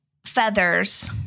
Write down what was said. feathers